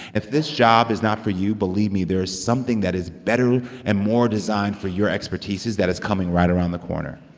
if this job is not for you, believe me there is something that is better and more designed for your expertises that is coming right around the corner